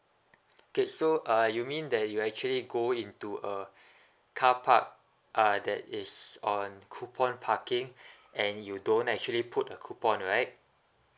okay so uh you mean that you actually go into uh carpark uh that is on coupon parking and you don't actually put a coupon right